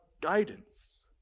guidance